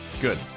Good